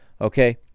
Okay